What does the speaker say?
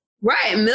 Right